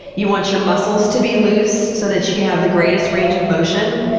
you want your muscles to be loose so that you can have the greatest range of motion.